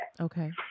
Okay